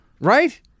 Right